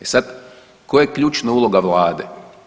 E sad koja je ključna uloga Vlade?